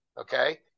okay